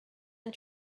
and